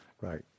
Right